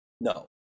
No